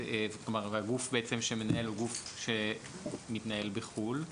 הגוף שמנהל הוא גוף שמתנהל בחוץ לארץ.